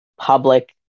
public